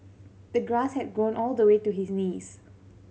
the grass had grown all the way to his knees